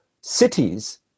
cities